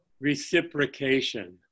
Reciprocation